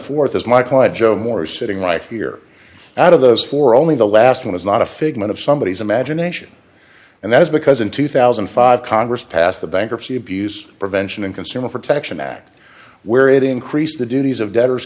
fourth as my client joe moore is sitting right here out of those four only the last one is not a figment of somebodies imagination and that is because in two thousand and five congress passed the bankruptcy abuse prevention and consumer protection act where it increased the duties of debtors